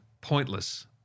pointless